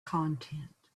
content